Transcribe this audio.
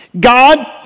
God